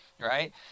right